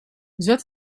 zet